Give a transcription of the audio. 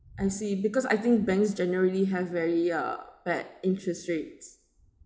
I see because I think banks generally have very uh bad interest rates